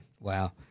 Wow